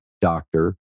doctor